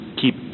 keep